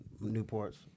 Newport's